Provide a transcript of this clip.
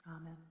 Amen